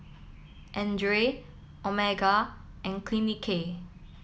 Andre Omega and Clinique